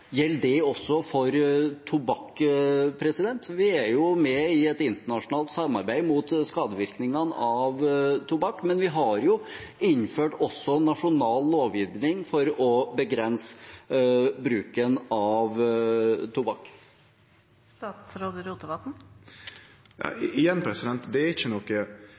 det også for tobakk? Vi er jo med i et internasjonalt samarbeid mot skadevirkningene av tobakk, men vi har også innført nasjonal lovgivning for å begrense bruken av tobakk. Igjen: Det er ikkje noko